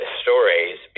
stories